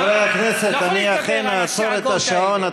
חברי הכנסת, אני אכן אעצור את השעון.